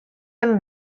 del